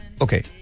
okay